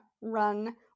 run